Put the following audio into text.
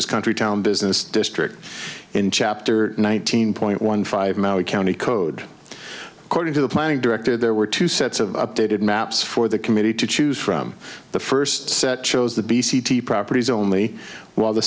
a country town business district in chapter nineteen point one five maui county code according to the planning director there were two sets of updated maps for the committee to choose from the first set shows the b c properties only while the